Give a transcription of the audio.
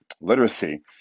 literacy